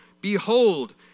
Behold